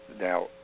Now